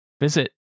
visit